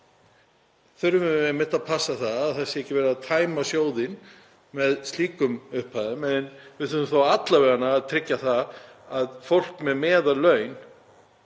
þurfum við einmitt að passa að það sé ekki verið að tæma sjóðinn með slíkum upphæðum. En við þurfum þá alla vega að tryggja að fólk með meðallaun